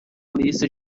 lista